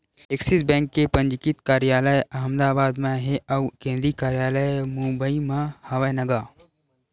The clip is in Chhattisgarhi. ऐक्सिस बेंक के पंजीकृत कारयालय अहमदाबाद म हे अउ केंद्रीय कारयालय मुबई म हवय न गा